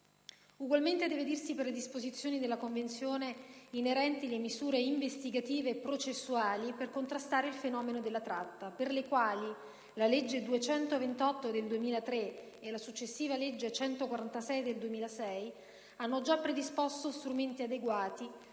Ugualmente deve dirsi per le disposizioni della Convenzione inerenti le misure investigative e processuali per contrastare il fenomeno della tratta, per le quali la legge n. 228 del 2003 e la successiva legge n. 146 del 2006 hanno già predisposto strumenti adeguati,